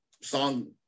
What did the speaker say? song